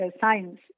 science